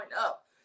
up